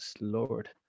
Lord